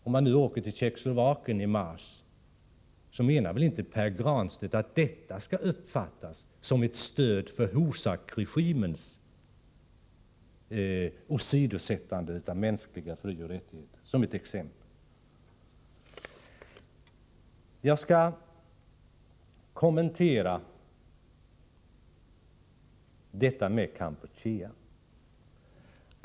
Om man åker till Tjeckoslovakien nu i mars menar väl inte Pär Granstedt att det skall uppfattas som ett stöd för Husakregimens åsidosättande av de mänskliga frioch rättigheterna — för att ta ett exempel. Jag skall kommentera detta med Kampuchea.